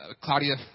Claudia